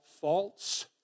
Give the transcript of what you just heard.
false